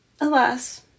alas